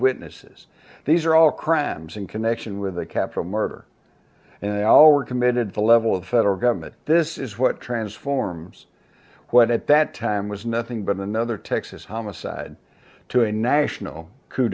witnesses these are all crimes in connection with a capital murder and all were committed the level of federal government this is what transforms what at that time was nothing but another texas homicide to a national co